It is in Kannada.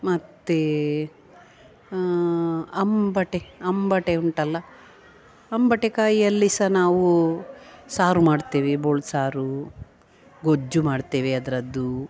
ಮತ್ತು ಅಂಬಟೆ ಅಂಬಟೆ ಉಂಟಲ್ಲ ಅಂಬಟೆಕಾಯಿಯಲ್ಲಿ ಸಹ ನಾವು ಸಾರು ಮಾಡ್ತೇವೆ ಬೋಳು ಸಾರು ಗೊಜ್ಜು ಮಾಡ್ತೇವೆ ಅದರದ್ದು